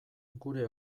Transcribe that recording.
gure